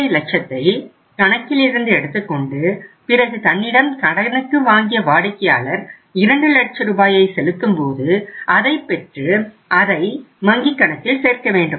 5 லட்சத்தை கணக்கிலிருந்து எடுத்துக்கொண்டு பிறகு தன்னிடம் கடனுக்கு வாங்கிய வாடிக்கையாளர் 2 லட்ச ரூபாயை செலுத்தும்போது அதைப் பெற்று அதை வங்கி கணக்கில் சேர்க்க வேண்டும்